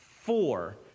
Four